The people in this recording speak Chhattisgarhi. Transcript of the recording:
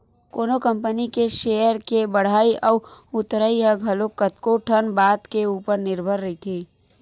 कोनो कंपनी के सेयर के बड़हई अउ उतरई ह घलो कतको ठन बात के ऊपर निरभर रहिथे